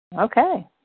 Okay